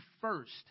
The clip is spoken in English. first